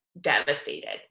devastated